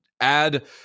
add